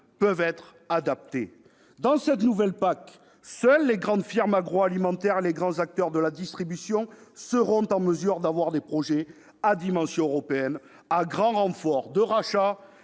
peuvent être adaptées. Dans cette nouvelle PAC, seuls les grandes firmes agroalimentaires et les grands acteurs de la distribution seront en mesure d'avoir des projets à dimension européenne, à grand renfort de rachats